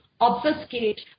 obfuscate